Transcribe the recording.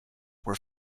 were